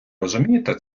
розумієте